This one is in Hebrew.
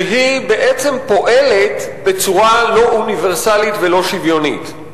שהיא בעצם פועלת בצורה לא אוניברסלית ולא שוויונית.